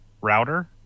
router